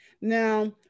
Now